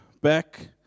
back